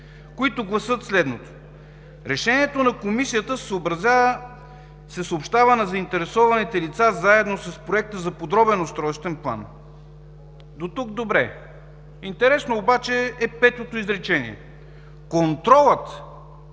които гласят следното: „Решението на Комисията се съобщава на заинтересованите лица заедно с проекта за подробен устройствен план.“ До тук добре. Интересно обаче е петото изречение: „Контролът